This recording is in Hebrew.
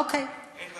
אין בעיה.